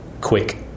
quick